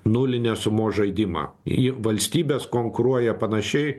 nulinės sumos žaidimą į valstybes konkuruoja panašiai